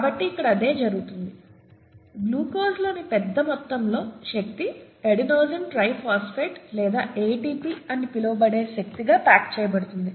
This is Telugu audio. కాబట్టి ఇక్కడ అదే జరుగుతుంది గ్లూకోజ్లోని పెద్ద మొత్తంలో శక్తి అడెనోసిన్ ట్రై ఫాస్ఫేట్ లేదా ATP అని పిలువబడే శక్తిగా ప్యాక్ చేయబడుతుంది